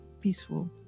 peaceful